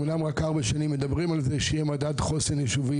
שנים מדברים על זה שיהיה מדד חוסן יישובי,